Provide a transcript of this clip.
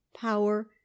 power